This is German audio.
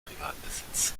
privatbesitz